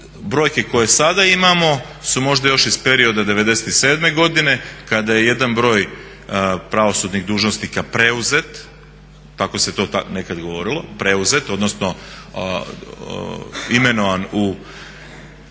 brojke koje sada imamo su možda još iz perioda '97. godine kada je jedan broj pravosudnih dužnosnika preuzet, tako se to nekada govorilo, preuzet, odnosno imenovan u